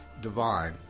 divine